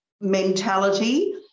mentality